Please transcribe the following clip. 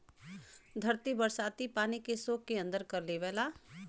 धरती बरसाती पानी के सोख के अंदर कर लेवला